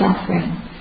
suffering